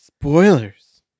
Spoilers